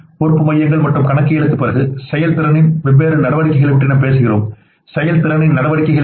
பொறுப்பு மையங்கள் மற்றும் கணக்கியலுக்குப் பிறகு செயல்திறனின் வெவ்வேறு நடவடிக்கைகள் பற்றி நாம் பேசுகிறோம் செயல்திறனின் நடவடிக்கைகள் என்ன